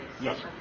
Yes